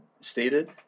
stated